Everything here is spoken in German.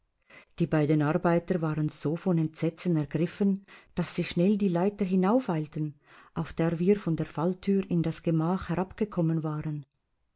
die beiden arbeiter waren so von entsetzen ergriffen daß sie schnell die leiter hinaufeilten auf der wir von der falltür in das gemach herabgekommen waren